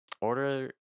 order